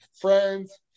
friends